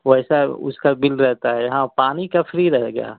वैसा उसका बिल रहता है हाँ पानी का फ्री रह गया